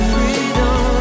Freedom